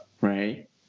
right